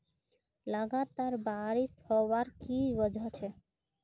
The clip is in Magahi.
लगातार बारिश होबार की वजह छे?